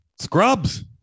Scrubs